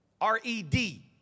R-E-D